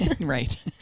right